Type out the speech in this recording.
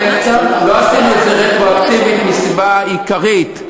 לא עשינו את זה רטרואקטיבית מסיבה עיקרית,